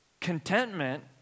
contentment